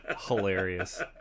hilarious